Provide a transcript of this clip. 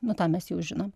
nu tą mes jau žinom